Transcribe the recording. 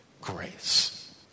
Grace